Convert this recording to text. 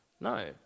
no